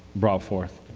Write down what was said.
brought forth?